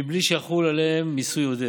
מבלי שיחול עליהם מיסוי עודף,